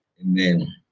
amen